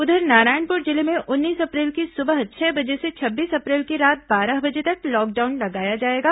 उधर नारायणपुर जिले में उन्नीस अप्रैल की सुबह छह बजे से छब्बीस अप्रैल की रात बारह बजे तक लॉकडाउन लगाया जाएगा